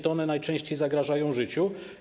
To one najczęściej zagrażają życiu.